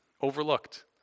Overlooked